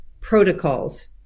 protocols